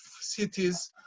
cities